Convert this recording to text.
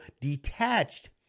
detached